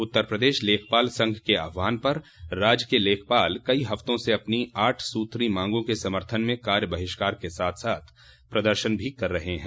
उत्तर प्रदेश लेखपाल संघ के आह्वान पर राज्य के लेखपाल कई हफ़्तों से अपनी आठ सूत्रीय मांगों के समर्थन में कार्य बहिष्कार के साथ साथ प्रदर्शन भी कर रहे हैं